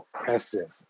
oppressive